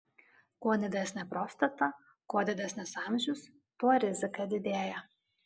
kuo didesnė prostata kuo didesnis amžius tuo rizika didėja